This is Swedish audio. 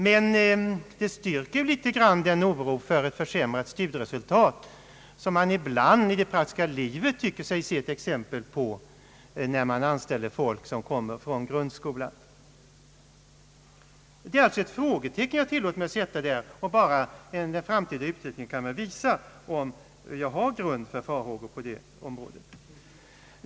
Men resultaten styrker litet grand den oro för ett försämrat studieresultat som man ibland i det praktiska livet tycker sig ha sett belägg för, när man anställer folk som kommer från grundskolan. Jag tillåter mig alltså sätta ett frågetecken på denna punkt. Bara den framtida utvecklingen kan väl visa om jag har grund för farhågor på detta område.